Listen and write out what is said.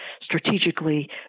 strategically